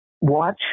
watch